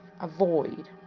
avoid